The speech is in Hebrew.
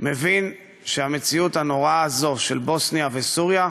מבין שהמציאות הנוראה הזאת, של בוסניה וסוריה,